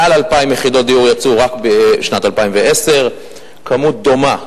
יותר מ-2,000 יחידות דיור יצאו רק בשנת 2010. כמות דומה,